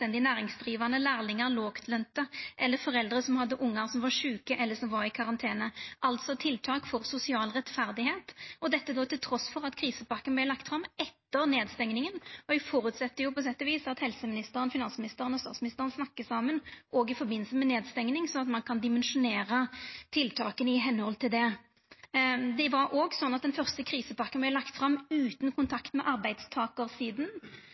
næringsdrivande, lærlingar, låglønte eller foreldre som hadde ungar som var sjuke, eller som var i karantene, altså tiltak for sosial rettferd, dette trass i at krisepakka vart lagt fram etter nedstenginga. Eg føreset på sett og vis at helseministeren, finansministeren og statsministeren snakkar saman, òg i forbindelse med nedstenging, sånn at ein kan dimensjonera tiltaka i tråd med det. Det var òg sånn at den fyrste krisepakka vart lagt fram utan